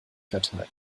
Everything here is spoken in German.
verteilt